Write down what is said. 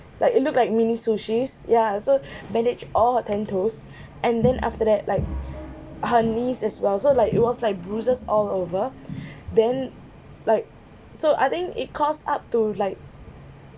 like it looks like mini sushi ya so bandage all her ten toes and then after that like her knees as well so like it was like bruises all over then like so I think it cost up to like